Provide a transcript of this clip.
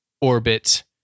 orbit